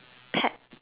pet